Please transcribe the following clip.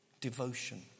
Devotion